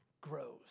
grows